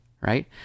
right